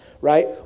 right